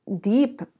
deep